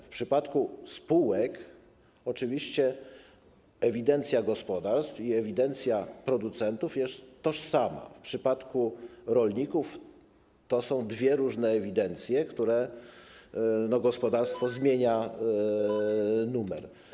W przypadku spółek oczywiście ewidencja gospodarstw i ewidencja producentów jest tożsama, w przypadku rolników to są dwie różne ewidencje, w których gospodarstwo zmienia numer.